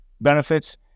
benefits